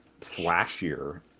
flashier